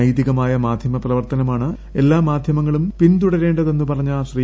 നൈതികമായ മാധ്യമ പ്രവർത്തനമാണ് എല്ലാ മാധ്യമങ്ങളും പിന്തുടരേണ്ടതെന്ന് പറഞ്ഞ ശ്രീ